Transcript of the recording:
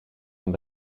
zijn